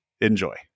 Enjoy